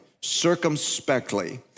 circumspectly